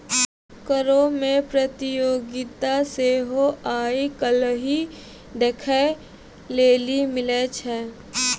करो मे प्रतियोगिता सेहो आइ काल्हि देखै लेली मिलै छै